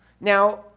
Now